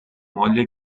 moglie